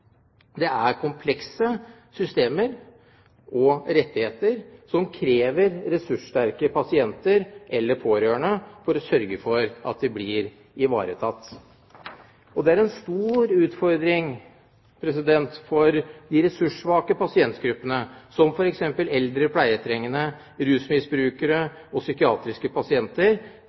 Dette er komplekse rettigheter som krever ressurssterke pasienter eller pårørende som sørger for at de blir ivaretatt. Det er en stor utfordring for de ressurssvake pasientgruppene, som f.eks. eldre pleietrengende, rusmisbrukere og psykiatriske pasienter.